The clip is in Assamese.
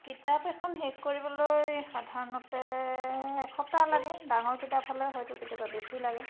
কিতাপ এখন শেষ কৰিবলৈ সাধাৰণতে এসপ্তাহ লাগে ডাঙৰ কিতাপ হ'লে হয়তো কেতিয়াবা বেছি লাগে